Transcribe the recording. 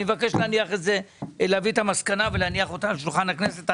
אני מבקש להביא את המסקנה ולהניח אותה על שולחן הכנסת.